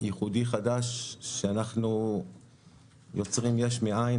ייחודי חדש שאנחנו יוצרים יש מאין,